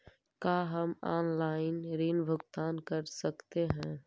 का हम आनलाइन ऋण भुगतान कर सकते हैं?